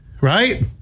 Right